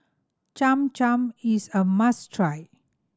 Cham Cham is a must try